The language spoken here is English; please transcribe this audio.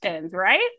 right